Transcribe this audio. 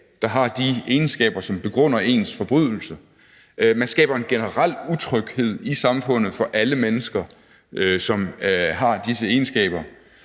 der har de egenskaber, som begrunder ens forbrydelse. Man skaber en generel utryghed i samfundet for alle mennesker, som har disse egenskaber,